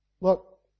Look